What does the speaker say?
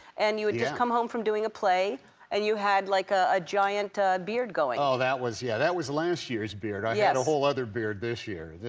and you had come home from doing a play and you had like ah a giant ah beard going. oh, that was yeah, that was last year's beard. i yeah had a whole other beard this year.